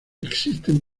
existen